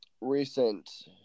recent